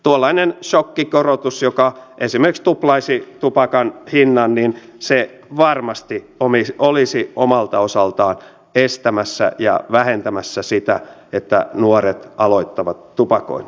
tuollainen sokkikorotus joka esimerkiksi tuplaisi tupakan hinnan varmasti olisi omalta osaltaan estämässä ja vähentämässä sitä että nuoret aloittavat tupakoinnin